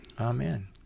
Amen